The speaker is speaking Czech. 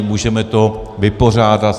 Můžeme to vypořádat.